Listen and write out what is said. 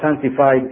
sanctified